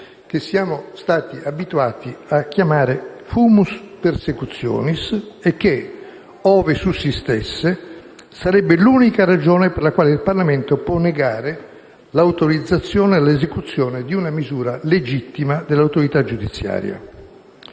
che siamo stati abituati a chiamare *fumus persecutionis* e che, ove sussistesse, sarebbe l'unica ragione per la quale il Parlamento può negare l'autorizzazione all'esecuzione di una misura legittima dell'autorità giudiziaria.